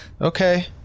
Okay